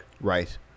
Right